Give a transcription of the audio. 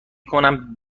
کنم